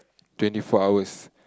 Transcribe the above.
twenty four hours